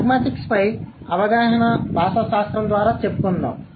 ప్రాగ్మాటిక్స్పై అవగాహన భాషాశాస్త్రం ద్వారా చెప్పుకుందాం